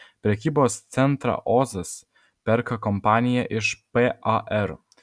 prekybos centrą ozas perka kompanija iš par